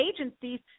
agencies